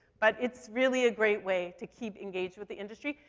but it's really a great way to keep engaged with the industry.